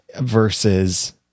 versus